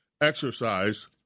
exercise